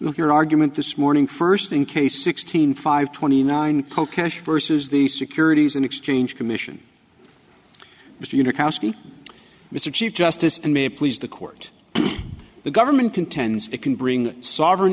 know your argument this morning first thing case sixteen five twenty nine coke cash vs the securities and exchange commission was mr chief justice and may it please the court the government contends it can bring sovereign